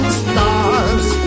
stars